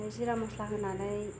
जिरा मस्ला होनानै